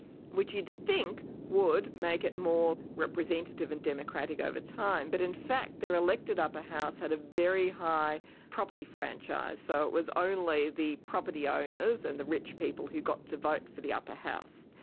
which you'd think would make it more representative and democratic over time, but in fact their elected upper house had a very high property franchise, so it was only the property owners and the rich people who got to vote for the upper house.